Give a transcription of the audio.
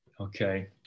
Okay